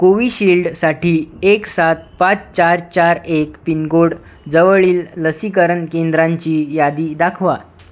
कोविशिल्डसाठी एक सात पाच चार चार एक पिनकोड जवळील लसीकरण केंद्रांची यादी दाखवा